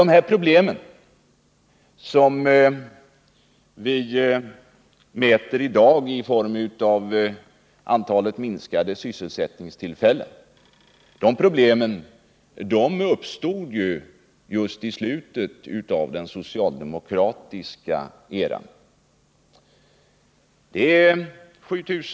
De problem som vi nu diskuterar och som vi i dag mäter i siffror för det minskade antalet sysselsättningstillfällen uppstod ju just i slutet av den socialdemokratiska eran.